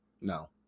No